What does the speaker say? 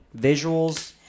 Visuals